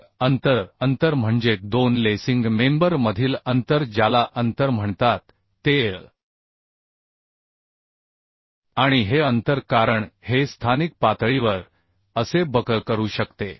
मग अंतर अंतर म्हणजे दोन लेसिंग मेंबर मधील अंतर ज्याला अंतर म्हणतात ते L आणि हे अंतर कारण हे स्थानिक पातळीवर असे बकल करू शकते